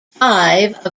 five